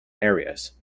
areas